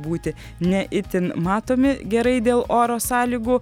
būti ne itin matomi gerai dėl oro sąlygų